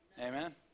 amen